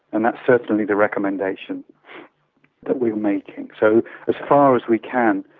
and that's certainly the recommendation that we are making. so as far as we can,